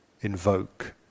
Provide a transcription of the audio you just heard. invoke